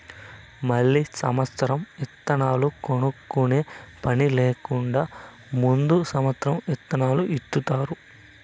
మళ్ళీ సమత్సరం ఇత్తనాలు కొనుక్కునే పని లేకుండా ముందు సమత్సరం ఇత్తనాలు ఇత్తుతారు